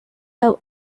have